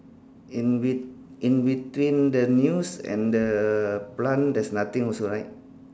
in be~ in between the news and the plant there's nothing also right